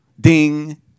ding